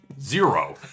Zero